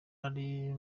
bari